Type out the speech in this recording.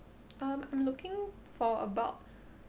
um I'm looking for about